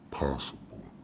possible